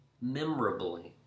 memorably